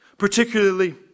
particularly